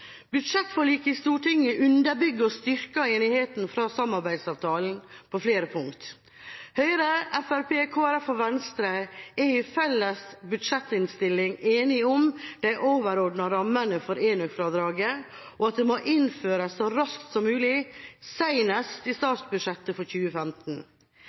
Budsjettforliket i Stortinget underbygger og styrker enigheten fra samarbeidsavtalen på flere punkter. Høyre, Fremskrittspartiet, Kristelig Folkeparti og Venstre er i felles budsjettinnstilling enige om de overordnede rammene for enøkfradraget, og at det må innføres så raskt som mulig, senest i statsbudsjettet for 2015.